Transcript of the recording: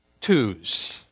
twos